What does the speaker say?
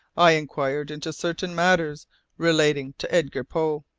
i inquired into certain matters relating to edgar poe.